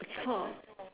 it's four